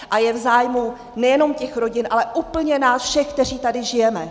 A je v zájmu nejenom těch rodin, ale úplně nás všech, kteří tady žijeme.